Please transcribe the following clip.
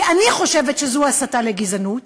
כי אני חושבת שזו הסתה לגזענות,